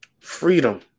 freedom